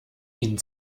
ihn